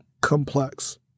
complex